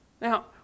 Now